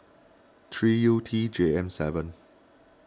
three U T J M seven